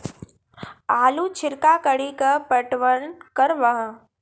आलू छिरका कड़ी के पटवन करवा?